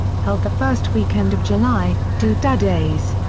held the first weekend of july, doo dah days!